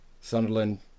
Sunderland